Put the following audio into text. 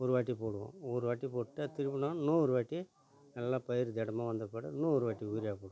ஒருவாட்டி போடுவோம் ஒருவாட்டி போட்டு திரும்புலும் இன்னொரு வாட்டி நல்லா பயிர் திடமா வந்த பிற்பாடு இன்னும் ஒருவாட்டி யூரியா போடுவோம்